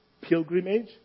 Pilgrimage